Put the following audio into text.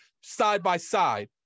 side-by-side